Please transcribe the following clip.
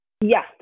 Yes